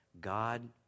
God